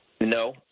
No